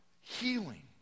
healing